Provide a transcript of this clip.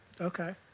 Okay